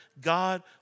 god